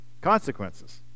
consequences